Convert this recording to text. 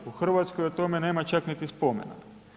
U Hrvatskoj o tome nema čak niti spomena.